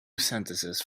sentences